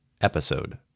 episode